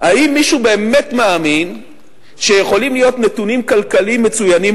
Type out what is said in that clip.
האם מישהו באמת מאמין שיכולים להיות נתונים כלכליים מצוינים,